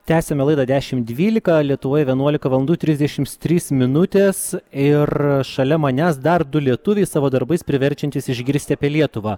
tęsiame laidą dešimt dvylika lietuvoje vienuolika valandų trisdešims trys minutės ir šalia manęs dar du lietuviai savo darbais priverčiantys išgirsti apie lietuvą